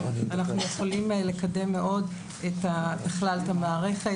אנחנו יכולים לקדם מאוד את המערכת.